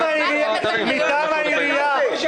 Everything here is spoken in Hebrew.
מטעם המדינה.